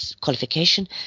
qualification